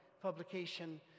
publication